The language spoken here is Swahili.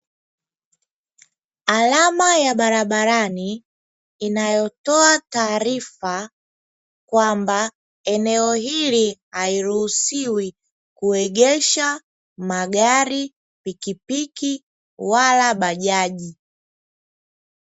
Alama ya barabarani inayotoa taarifa kwamba eneo hili hairuhusiwi kuegesha: magari, pikipiki wala bajaji.